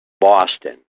Boston